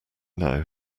now